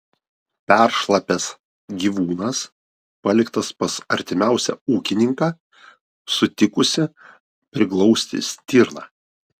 peršlapęs gyvūnas paliktas pas artimiausią ūkininką sutikusį priglausti stirną